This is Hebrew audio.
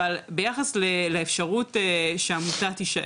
אבל, ביחד לאפשרות שהעמותה תישאר,